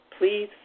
please